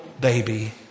baby